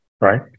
Right